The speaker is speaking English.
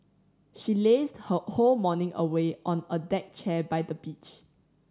she lazed her whole morning away on a deck chair by the beach